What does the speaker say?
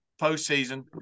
postseason